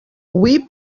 hui